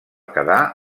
quedar